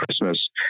Christmas